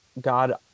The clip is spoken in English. God